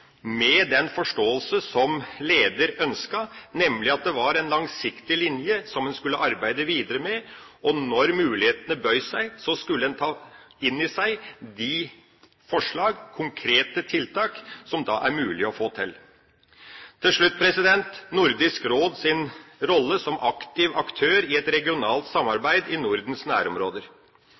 med den forståelse som lederen ønsket, nemlig at det var en langsiktig linje som en skulle arbeide videre med, og når mulighetene bød seg, skulle en ta inn over seg de forslag og konkrete tiltak som da er mulig å få til. Til slutt til Nordisk Råds rolle som aktiv aktør i et regionalt samarbeid i Nordens nærområder.